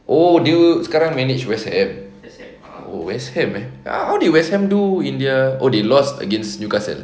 oh dia sekarang manage west ham oh west ham eh ah how did west ham do in their oh they lost against new castle